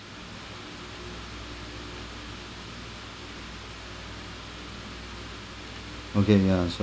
okay ya